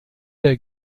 der